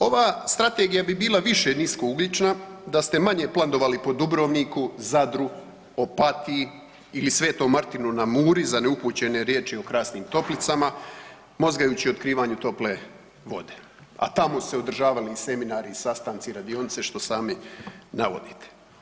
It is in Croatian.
Ova strategija bi bila više nisko ugljična da ste manje plandovali po Dubrovniku, Zadru, Opatiju ili Svetom Martinu na Muri za neupućene riječ je o krasnim toplicama mozgajući o otkrivanju tople vode, a tamo su se održavali i sastanci, seminari, radionice što sami navodite.